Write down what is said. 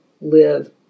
live